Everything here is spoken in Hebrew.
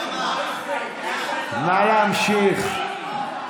נא להמשיך.